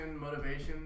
motivation